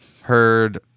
heard